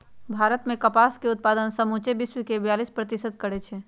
भारत मे कपास के उत्पादन समुचे विश्वके बेयालीस प्रतिशत करै छै